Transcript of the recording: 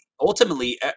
Ultimately